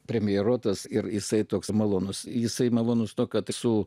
premjeru tas ir jisai toks malonus jisai malonus tuo kad su